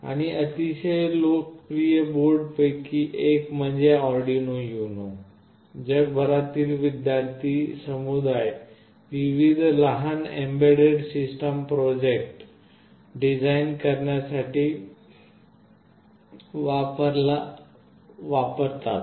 आणि अतिशय लोकप्रिय बोर्डांपैकी एक म्हणजे अर्डिनो यूनो जगभरातील विद्यार्थी समुदाय विविध लहान एम्बेडेड सिस्टम प्रोजेक्ट डिझाईन करण्यासाठी वापरला जातो